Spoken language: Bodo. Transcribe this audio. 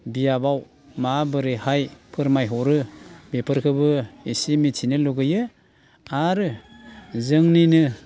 बियाबाव माबोरैहाय फोरमायहरो बेफोरखौबो एसे मिथिनो लुबैयो आरो जोंनिनो